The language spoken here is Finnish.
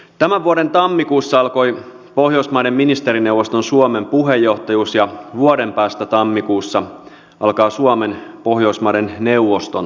tämän vuoden tammikuussa alkoi pohjoismaiden ministerineuvoston suomen puheenjohtajuus ja vuoden päästä tammikuussa alkaa pohjoismaiden neuvoston suomen puheenjohtajuus